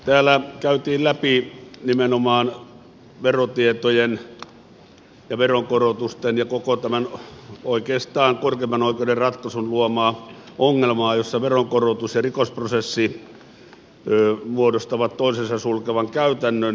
täällä käytiin läpi nimenomaan verotietojen ja veronkorotusten ja oikeastaan koko tämän korkeimman oikeuden ratkaisun luomaa ongelmaa jossa veronkorotus ja rikosprosessi muodostavat toisensa sulkevan käytännön